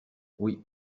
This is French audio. oui